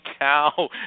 cow